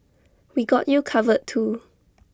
we got you covered too